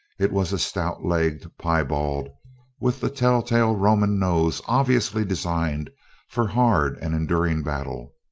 it was a stout-legged piebald with the tell-tale roman nose obviously designed for hard and enduring battle.